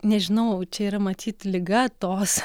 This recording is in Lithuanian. nežinau čia yra matyt liga tos